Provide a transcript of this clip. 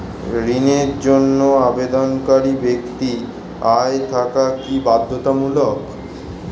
ঋণের জন্য আবেদনকারী ব্যক্তি আয় থাকা কি বাধ্যতামূলক?